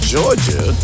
Georgia